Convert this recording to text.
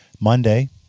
Monday